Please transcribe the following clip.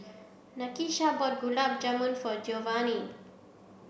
Nakisha bought Gulab Jamun for Jovanni